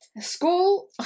School